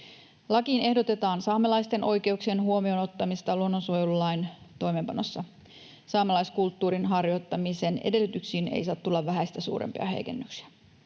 Lakiin ehdotetaan saamelaisten oikeuksien huomioon ottamista luonnonsuojelulain toimeenpanossa. Saamelaiskulttuurin harjoittamisen edellytyksiin ei saa tulla vähäistä suurempia heikennyksiä.